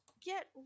get